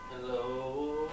Hello